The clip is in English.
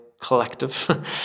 collective